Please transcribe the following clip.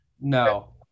no